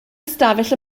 ystafell